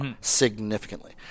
Significantly